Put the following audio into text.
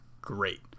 great